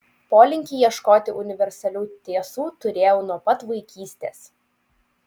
polinkį ieškoti universalių tiesų turėjau nuo pat vaikystės